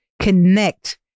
connect